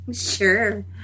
Sure